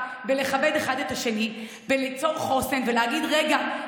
בלכבד אחד את השני, בליצור חוסן ולהגיד: רגע.